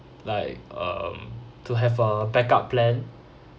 like um to have a backup plan